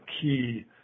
key